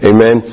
Amen